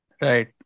Right